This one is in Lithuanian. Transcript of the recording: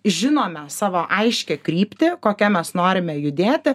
žinome savo aiškią kryptį kokia mes norime judėti